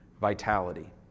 vitality